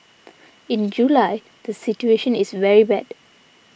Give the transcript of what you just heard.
in July the situation is very bad